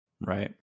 Right